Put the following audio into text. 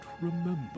remember